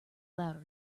louder